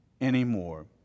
anymore